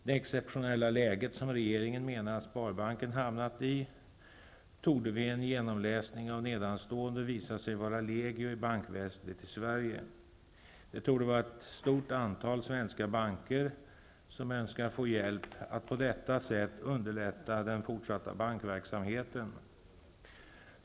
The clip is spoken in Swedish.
Det exceptionella läget som regeringen menar att Sparbanken hamnat i torde vid närmare betraktande, visa sig vara legio i bankväsendet i Sverige. Det torde vara ett stort antal svenska banker som önskar få hjälp att på detta sätt underlätta den fortsatta bankverksamheten.